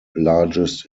largest